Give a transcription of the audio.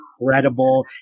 incredible